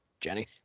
Jenny